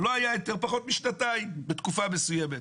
לא התקבל היתר פחות משנתיים בתקופה מסוימת,